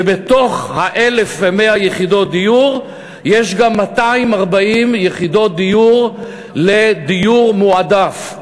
ובתוך 1,100 יחידות הדיור יש גם 240 יחידות דיור לדיור מועדף,